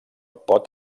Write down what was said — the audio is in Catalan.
pot